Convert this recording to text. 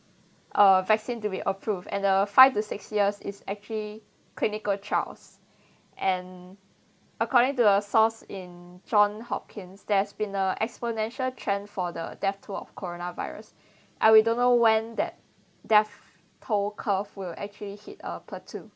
a vaccine to be approved and the five to six years is actually clinical trials and according to a source in john hopkins there has been a exponential trend for the death to the coronavirus and we don't know when that death toll curve will actually hit a plateau